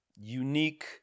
unique